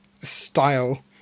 style